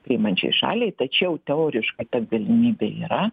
priimančiai šaliai tačiau teoriška ten galimybė yra